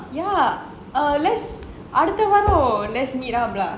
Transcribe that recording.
ya err let's அடுத்த வாரம்:adutha vaaram let's meet up lah